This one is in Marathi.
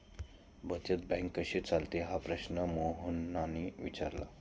बचत बँक कशी चालते हा प्रश्न मोहनने विचारला?